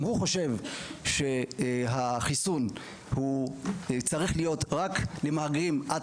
אם הוא חושב שהחיסון צריך להיות רק למהגרים עד